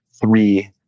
three